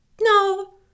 no